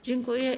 Dziękuję.